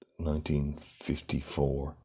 1954